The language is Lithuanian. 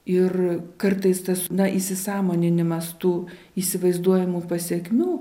ir kartais tas įsisąmoninimas tų įsivaizduojamų pasekmių